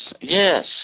yes